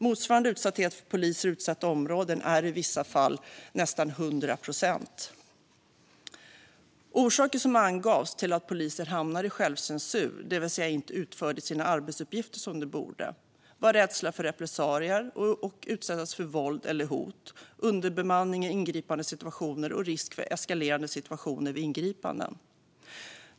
Motsvarande utsatthet för poliser i utsatta områden är i vissa fall nästan 100 procent. Orsaker som angavs till att poliser har hamnat i självcensur, det vill säga inte utfört sina arbetsuppgifter som de borde, var rädsla för repressalier och att utsättas för våld eller hot, underbemanning i ingripandesituationer och risk för eskalerande situationer vid ingripanden.